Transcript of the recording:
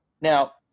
Now